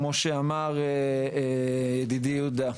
כמו שאמר ידידי יהודה,